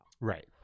Right